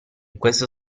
questo